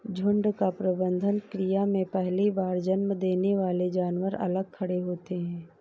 झुंड का प्रबंधन क्रिया में पहली बार जन्म देने वाले जानवर अलग खड़े होते हैं